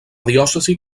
diòcesi